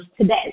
today